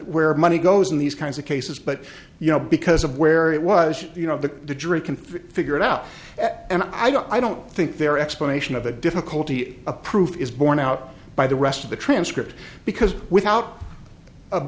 where money goes in these kinds of cases but you know because of where it was you know the jury can figure it out and i don't think their explanation of the difficulty a proof is borne out by the rest of the transcript because without